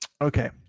Okay